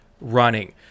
running